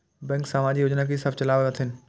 Bank समाजिक योजना की सब चलावै छथिन?